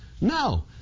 No